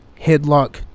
headlock